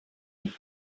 mit